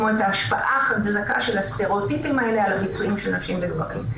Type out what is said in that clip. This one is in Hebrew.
כמו את ההשפעה החזקה של הסטריאוטיפים האלה על הביצועים של נשים וגברים.